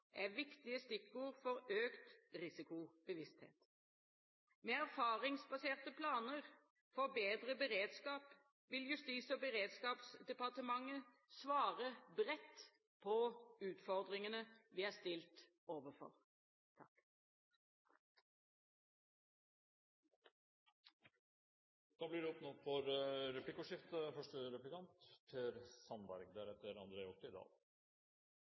er viktige stikkord for økt risikobevissthet. Med erfaringsbaserte planer for bedre beredskap vil Justis- og beredskapsdepartementet svare bredt på utfordringene vi er stilt overfor. Da blir det åpnet for replikkordskifte.